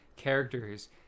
Characters